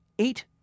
Eight